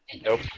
Nope